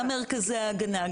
גם מרכזי ההגנה,